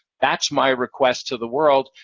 that's my request to the world,